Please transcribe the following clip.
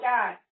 God